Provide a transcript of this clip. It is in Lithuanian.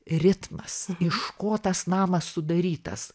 ritmas iš ko tas namas sudarytas